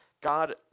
God